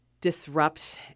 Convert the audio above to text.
disrupt